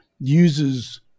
uses